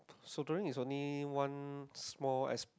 so during is also one small as~